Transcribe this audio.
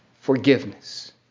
Forgiveness